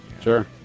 Sure